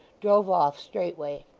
drove off straightway.